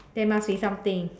there must be something